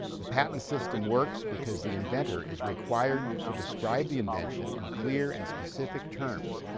the patent system works because the inventor is required to describe the invention in clear and specific terms,